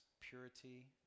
purity